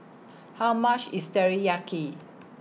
How much IS Teriyaki